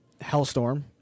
Hellstorm